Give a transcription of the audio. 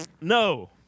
No